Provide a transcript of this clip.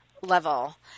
level